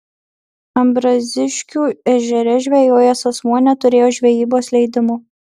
ambraziškių ežere žvejojęs asmuo neturėjo žvejybos leidimo